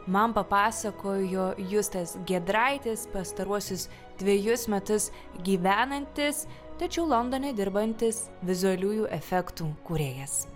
man papasakojo justas giedraitis pastaruosius dvejus metus gyvenantis tačiau londone dirbantis vizualiųjų efektų kūrėjas